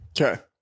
Okay